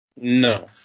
No